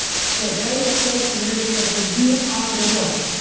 so daniel says to nebuchadnezzar you are the what?